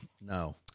No